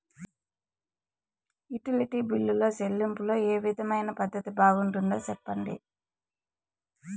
Utility బిల్లులో చెల్లింపులో ఏ విధమైన పద్దతి బాగుంటుందో సెప్పండి?